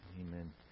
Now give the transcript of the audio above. Amen